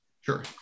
Sure